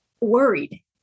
worried